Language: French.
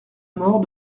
mort